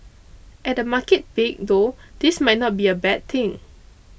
at a market peak though this might not be a bad thing